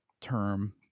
term